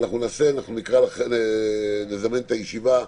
נזמן את הישיבה,